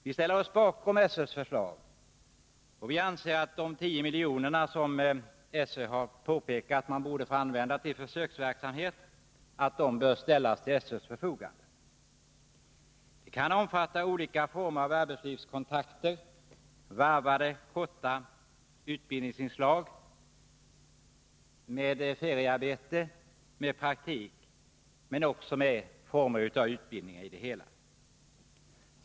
Vi ställde oss bakom SÖ:s förslag, och vi anser att de 10 miljoner som SÖ har begärt att få använda till försöksverksamhet bör ställas till SÖ:s förfogande. Sådana program kan omfatta olika former av arbetslivskontakter varvade med korta utbildningsinslag, feriearbete och praktik.